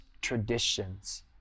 traditions